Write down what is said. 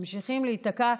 ממשיכים להיתקע,